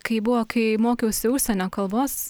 kaip buvo kai mokiausi užsienio kalbos